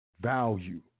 Value